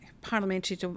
parliamentary